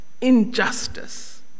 injustice